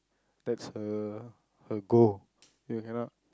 that's her her goal you cannot